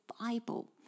Bible